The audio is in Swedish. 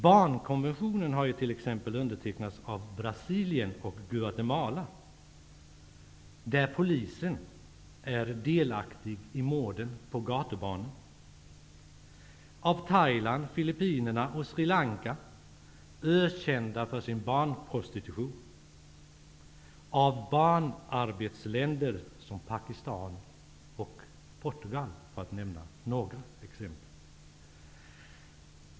Barnkonventionen har ju t.ex. undertecknats av Brasilien och Guatemala, där polisen är delaktig i morden på gatubarn, av Thailand, Filippinerna och Sri Lanka -- ökända för barnprostitution -- av barnarbetsländer som Pakistan och Portugal, för att nämna några.